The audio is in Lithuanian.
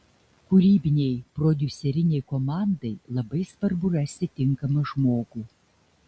kūrybinei prodiuserinei komandai labai svarbu rasti tinkamą žmogų